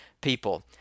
people